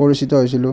পৰিচিত হৈছিলোঁ